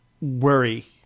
worry